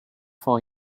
for